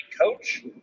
coach